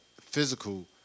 physical